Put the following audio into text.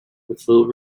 little